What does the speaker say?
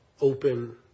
open